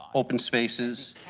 open spaces,